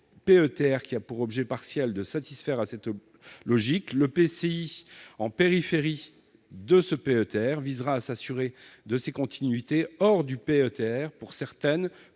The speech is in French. PETR, qui a pour objet partiel de répondre à cette logique, l'EPCI en périphérie de ce PETR visera à s'assurer des continuités hors PETR pour certaines